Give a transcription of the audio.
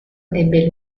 ebbe